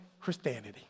Christianity